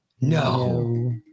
No